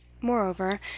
Moreover